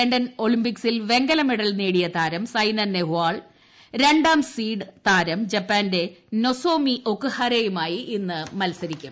London ഒളിമ്പിക്സിൽ വെങ്കലമെഡൽ നേടിയ താരം സൈനാ നെഹ്വാൾ രണ്ടാം സീഡ്സ് താരം ജപ്പാന്റെ നൊസോമി ഒക്കുഹരയുമായി ഇന്ന് മത്സരിക്കും